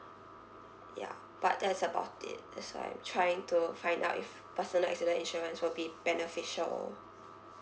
yeah but that's about it that's why I'm trying to find out if personal accident insurance will be beneficial